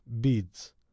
beads